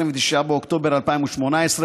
29 באוקטובר 2018,